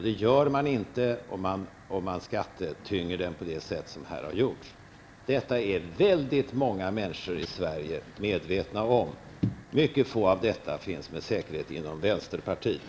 Det gör man inte om man skattetynger den på det sätt som här har föreslagits. Detta är väldigt många människor i Sverige medvetna om. Med säkerhet finns mycket få av dessa inom vänsterpartiet.